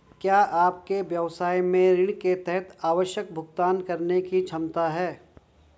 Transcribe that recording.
क्या आपके व्यवसाय में ऋण के तहत आवश्यक भुगतान करने की क्षमता है?